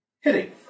Hitting